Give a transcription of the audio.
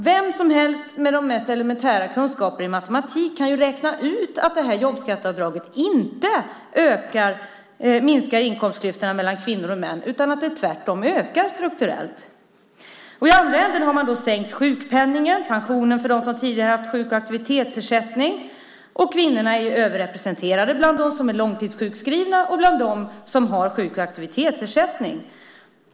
Vem som helst med de mest elementära kunskaper i matematik kan räkna ut att jobbskatteavdraget inte minskar inkomstklyftorna mellan kvinnor och män utan att de tvärtom ökar strukturellt. I andra ändan har man sänkt sjukpenningen och pensionen för dem som tidigare har haft sjuk och aktivitetsersättning. Kvinnorna är överrepresenterade bland dem som är långtidssjukskrivna och bland dem som har sjuk och aktivitetsersättning.